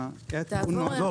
כי היה תיקון מאוד --- לא,